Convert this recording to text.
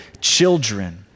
children